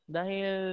Dahil